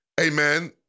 amen